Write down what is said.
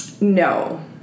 No